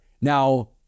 Now